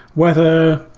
whether,